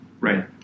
Right